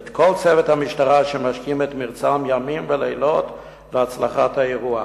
ואת כל צוות המשטרה שמשקיעים ממרצם ימים ולילות להצלחת האירוע.